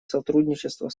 сотрудничества